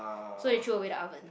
so you threw away the oven